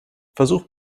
versuch